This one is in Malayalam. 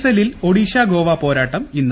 ഐഎസ്എല്ലിൽ ഒഡീഷ ഗോവ പോരാട്ടം ഇന്ന്